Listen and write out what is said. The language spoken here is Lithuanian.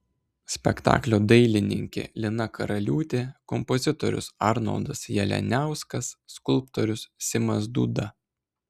spektaklio dailininkė lina karaliūtė kompozitorius arnoldas jalianiauskas skulptorius simas dūda